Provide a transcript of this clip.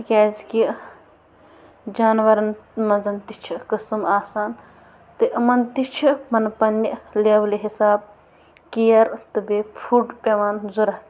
تِکیٛازِ کہِ جانوَرَن منٛز تہِ چھِ قٕسٕم آسان تہٕ یِمَن تہِ چھِ مطلب پَنٛنہِ لٮ۪ولہِ حساب کِیَر تہٕ بیٚیہِ فُڈ پٮ۪وان ضوٚرَتھ